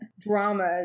dramas